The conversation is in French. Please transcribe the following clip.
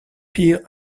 pier